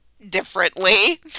differently